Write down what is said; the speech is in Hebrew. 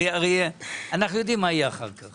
הרי אנחנו יודעים מה יהיה אחר כך,